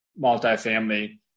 multifamily